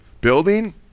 Building